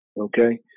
Okay